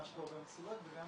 מה שקורה במסיבות וגם